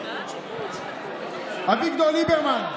אביגדור ליברמן,